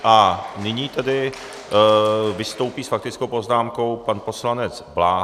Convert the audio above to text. A nyní tedy vystoupí s faktickou poznámkou pan poslanec Bláha.